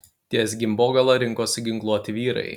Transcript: ties gimbogala rinkosi ginkluoti vyrai